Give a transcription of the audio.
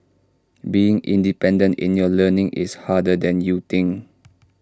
being independent in your learning is harder than you think